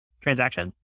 transaction